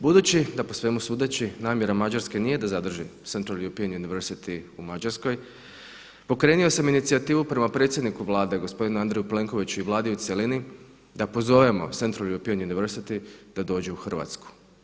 Budući da po svemu sudeći namjera Mađarske nije da zadrži Central European University u Mađarskoj, pokrenuo sam inicijativu prema predsjedniku Vlade gospodinu Andreju Plenkoviću i Vladi u cjelini da pozovemo Central European University da dođe u Hrvatsku.